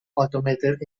automated